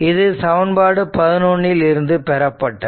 இது சமன்பாடு 11 இல் இருந்து பெறப்பட்டது